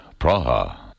Praha